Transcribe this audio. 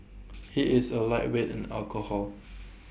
he is A lightweight in alcohol